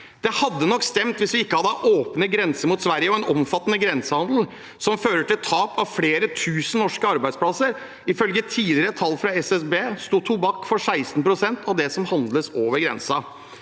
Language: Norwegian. Det hadde nok stemt hvis vi ikke hadde åpne grenser mot Sverige og en omfattende grensehandel som fører til tap av flere tusen norske arbeidsplasser. Ifølge tidligere tall fra SSB sto tobakk for 16 pst. av det som handles over grensen.